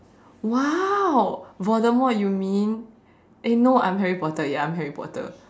!wow! Voldemort you mean eh no I'm Harry Potter ya I'm Harry Potter